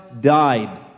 died